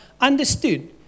understood